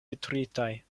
detruitaj